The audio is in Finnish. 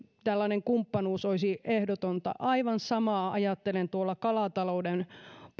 tällainen kumppanuus olisi ehdotonta aivan samaa ajattelen tuolla kalatalouden